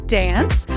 dance